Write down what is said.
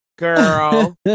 girl